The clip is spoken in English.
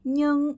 Nhưng